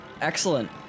Excellent